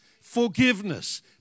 forgiveness